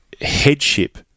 headship